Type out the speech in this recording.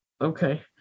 Okay